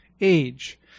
age